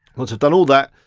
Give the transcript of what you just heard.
once i've done all that,